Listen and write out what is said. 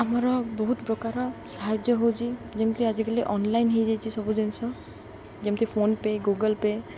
ଆମର ବହୁତ ପ୍ରକାର ସାହାଯ୍ୟ ହଉଛି ଯେମିତି ଆଜିକାଲି ଅନ୍ଲାଇନ୍ ହେଇଯାଇଛି ସବୁ ଜିନିଷ ଯେମିତି ଫୋନ୍ ପେ ଗୁଗଲ୍ ପେ